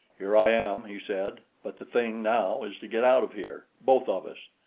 here i am, he said but the thing now is to get out of here both of us.